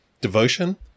devotion